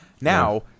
Now